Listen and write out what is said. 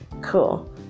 Cool